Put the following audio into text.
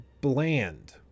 bland